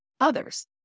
others